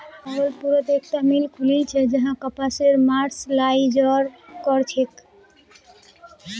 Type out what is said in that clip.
भागलपुरत एकता मिल खुलील छ जहां कपासक मर्सराइज कर छेक